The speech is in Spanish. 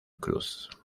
cruz